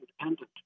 independent